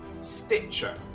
Stitcher